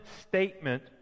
statement